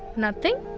nothing?